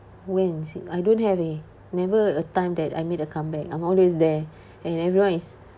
when is it I don't have eh never a time that I made a comeback I'm always there and everyone is